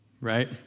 right